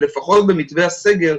לפחות במתווה הסגר,